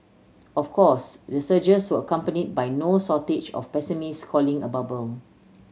of course the surges were accompanied by no shortage of pessimists calling a bubble